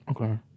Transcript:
Okay